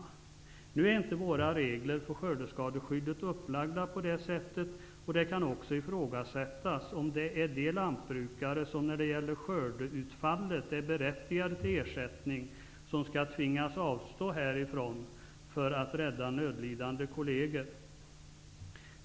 Nu är inte våra regler för skördeskadeskyddet upplagda på det sättet, och det kan också ifrågasättas om det är de lantbrukare som när det gäller skördeutfallet är berättigade till ersättning som skall tvingas avstå härifrån för att rädda nödlidande kolleger.